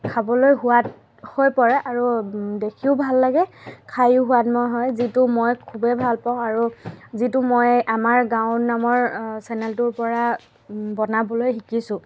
খাবলৈ সোৱাদ হৈ পৰে আৰু দেখিও ভাল লাগে খাইয়ো সোৱাদময় হয় যিটো মই খুবেই ভালপাওঁ আৰু যিটো মই আমাৰ গাঁও নামৰ চেনেলটোৰ পৰা বনাবলৈ শিকিছোঁ